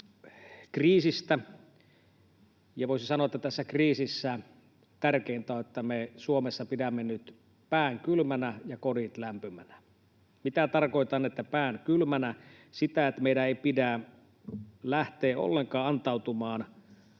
energiakriisistä. Voisi sanoa, että tässä kriisissä tärkeintä on, että me Suomessa pidämme nyt pään kylmänä ja kodit lämpimänä. Mitä tarkoitan, että pään kylmänä? Sitä, että meidän ei pidä lähteä ollenkaan antautumaan